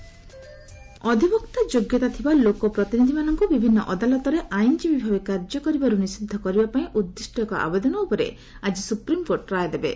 SC law maker ଅଧିବକ୍ତା ଯୋଗ୍ୟତା ଥିବା ଲୋକ ପ୍ରତିନିଧିମାନଙ୍କୁ ବିଭିନ୍ନ ଅଦାଲତରେ ଆଇନଜୀବୀଭାବେ କାର୍ଯ୍ୟ କରିବାରୁ ନିଷିଦ୍ଧ କରିବା ପାଇଁ ଉଦ୍ଦିଷ୍ଟ ଏକ ଆବେଦନ ଉପରେ ଆଜି ସୁପ୍ରିମକୋର୍ଟ ରାୟ ଦେବେ